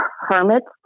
hermits